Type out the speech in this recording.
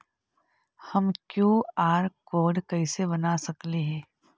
हम QR code कैसे बना सकली ही?